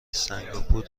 سنگاپور